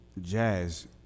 jazz